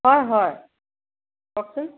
হয় হয় কওকচোন